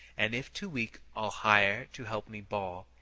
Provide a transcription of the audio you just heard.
and if too weak, i'll hire, to help me bawl,